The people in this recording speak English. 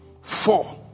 Four